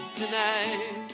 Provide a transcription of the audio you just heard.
tonight